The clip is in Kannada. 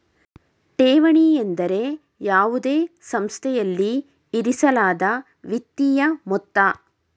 ಠೇವಣಿ ಎಂದರೆ ಯಾವುದೇ ಸಂಸ್ಥೆಯಲ್ಲಿ ಇರಿಸಲಾದ ವಿತ್ತೀಯ ಮೊತ್ತ